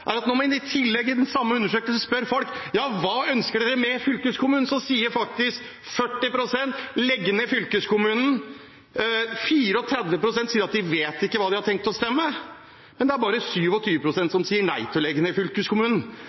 morsomme er at da man i den samme undersøkelsen i tillegg spurte folk hva de ønsket med fylkeskommunen, sa faktisk 40 pst. at de ville legge ned fylkeskommunen, 34 pst. sa de ikke visste hva de hadde tenkt å stemme, mens bare 27 pst. sa nei til å legge ned fylkeskommunen.